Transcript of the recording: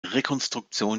rekonstruktion